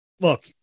look